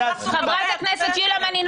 אנחנו חברי הכנסת.